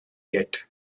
yet